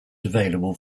available